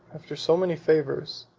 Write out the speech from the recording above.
after so many favors,